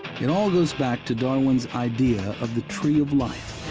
it all goes back to darwin's idea of the tree of life,